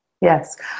Yes